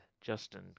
Justin